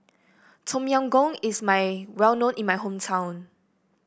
Tom Yam Goong is my well known in my hometown